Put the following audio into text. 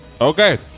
Okay